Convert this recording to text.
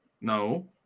No